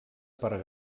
per